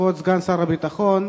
כבוד סגן שר הביטחון,